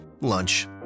lunch